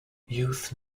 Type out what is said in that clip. youth